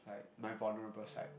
my vulnerable side